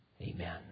Amen